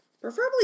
preferably